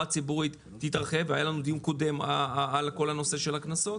הציבורית תתרחב והיה לנו דיון קודם על כל נושא הקנסות.